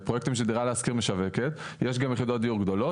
בפרויקטים שדירה להשכיר משווקת יש גם יחידות דיור גדולות